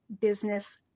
business